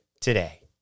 today